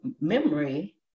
memory